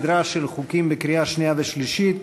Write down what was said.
סדרה של חוקים לקריאה שנייה ושלישית,